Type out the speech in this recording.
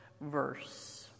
verse